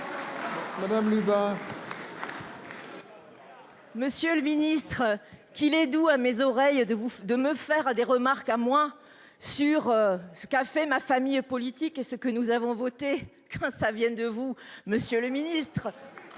Monsieur le Ministre qu'il est doux à mes oreilles de vous de me faire des remarques à moins sur ce qu'a fait ma famille politique et ce que nous avons voté quand ça vient de vous Monsieur le Ministre.